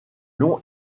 long